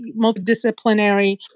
multidisciplinary